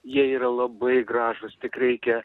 jie yra labai gražūs tik reikia